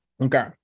Okay